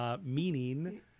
meaning